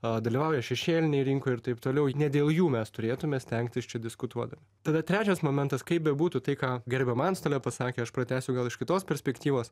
dalyvauja šešėlinėj rinkoje ir taip toliau ne dėl jų mes turėtume stengtis čia diskutuodami tada trečias momentas kaip bebūtų tai ką gerbiama antstolė pasakė aš pratęsiu gal iš kitos perspektyvos